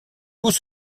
tout